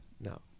No